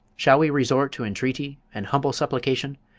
shall we resort to entreaty and humble supplication?